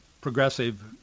progressive